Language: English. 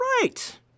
Right